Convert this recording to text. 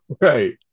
Right